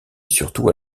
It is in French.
surtout